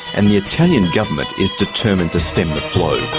and the italian government is determined to stem the flow.